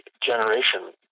generation